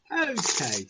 Okay